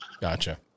gotcha